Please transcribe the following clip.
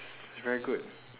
it's very good